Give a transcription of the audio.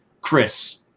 Chris